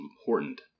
important